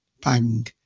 Bang